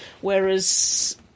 Whereas